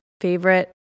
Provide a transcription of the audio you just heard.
favorite